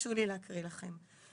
ותרשו לי להקריא לכם.